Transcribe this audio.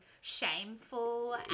shameful